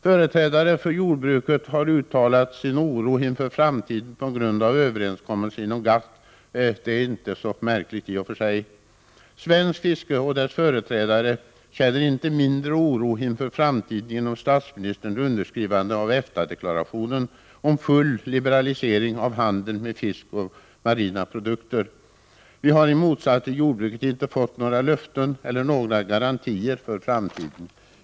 Företrädare för jordbruket har uttalat sin oro inför framtiden på grund av överenskommelsen inom GATT. Det är inte så märkligt. Svenskt fiske och dess företrädare känner inte mindre oro inför framtiden efter statsministerns underskrivande av EFTA-deklarationen om full liberalisering av handeln med fisk och marina produkter. Fiskerinäringen har i motsats till jordbruket inte fått några löften eller några garantier för framtiden.